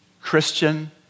Christian